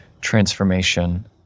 transformation